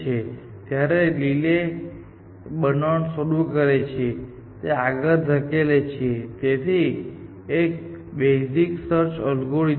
તેથી જ્યારે તમે ગોલ પસંદ કરો છો ત્યારે તમે જાણો છો કે ગોલ સુધી પહોંચવાની કિંમત શું છે અને ગોલ સુધી પહોંચવાની શ્રેષ્ઠ કિંમત શું હશે